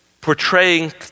portraying